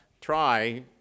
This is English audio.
try